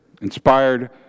inspired